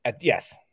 Yes